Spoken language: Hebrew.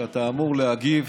ואתה אמור להגיב